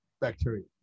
bacteria